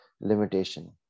limitation